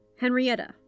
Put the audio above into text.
Henrietta